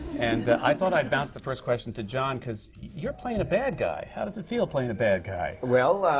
and i thought i'd bounce the first question to john, because you're playing a bad guy. how does it feel, playing a bad guy? well,